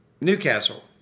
Newcastle